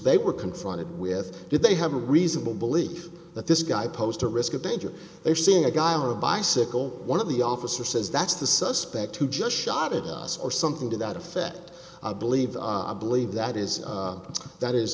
they were confronted with did they have a reasonable belief that this guy posed a risk of danger or seeing a guy or a bicycle one of the officer says that's the suspect who just shot at us or something to that effect i believe believe that is that is